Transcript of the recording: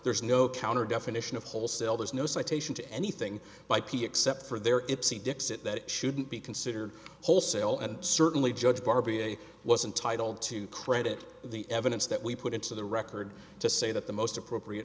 there's no counter definition of wholesale there's no citation to anything by p except for there it's c dixit that shouldn't be considered wholesale and certainly judged bar b i wasn't titled to credit the evidence that we put into the record to say that the most appropriate